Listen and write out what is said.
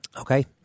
Okay